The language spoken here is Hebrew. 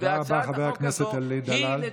תודה רבה, חבר הכנסת אלי דלל.